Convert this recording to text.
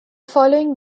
following